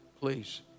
please